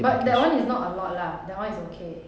but that one is not a lot lah that one is okay